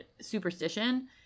superstition